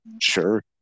Sure